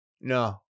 No